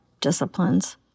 disciplines